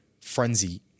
frenzy